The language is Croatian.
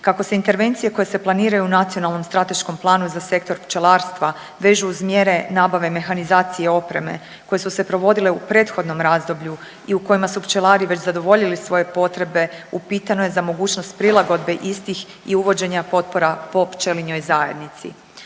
Kako se intervencije koje se planiraju u Nacionalnom strateškom planu za sektor pčelarstva vežu uz mjere nabave mehanizacije opreme koje su se provodile u prethodnom razdoblju i u kojima su pčelari već zadovoljili svoje potrebe upitano je za mogućnost prilagodbe istih i uvođenja potpora po pčelinoj zajednici.